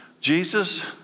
Jesus